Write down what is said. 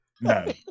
No